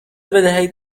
بدهید